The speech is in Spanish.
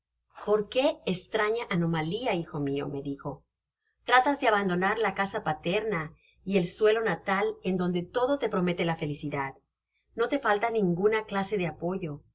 por quéestrañaanomalia hijo mio me dijo tratas de abandonar la casa paterna y el suelo na content from google book search generated at tal en donde todo te promete la felicidad no le falta ninguna clase de apoyo